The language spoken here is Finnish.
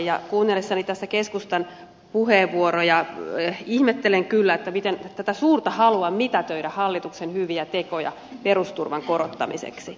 kuunnellessani tässä keskustan puheenvuoroja ihmettelen kyllä tätä suurta halua mitätöidä hallituksen hyviä tekoja perusturvan korottamiseksi